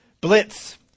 blitz